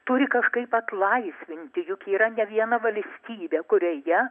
turi kažkaip atlaisvinti juk yra ne viena valstybė kurioje